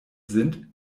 sind